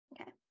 Okay